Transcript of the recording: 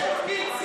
יש תפקיד,